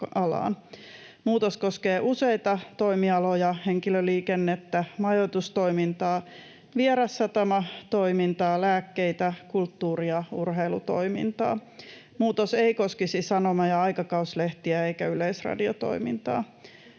Muutos koskee useita toimialoja: henkilöliikennettä, majoitustoimintaa, vierassatamatoimintaa, lääkkeitä, kulttuuria, urheilutoimintaa. Muutos ei koskisi sanoma- ja aikakauslehtiä eikä yleisradiotoimintaa.